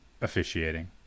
officiating